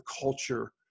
culture